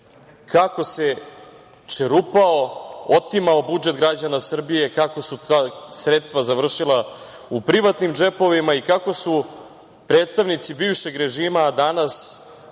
kako se čerupao, otimao budžet građana Srbije, kako su ta sredstva završila u privatnim džepovima i kako su predstavnici bivšeg režima, a danas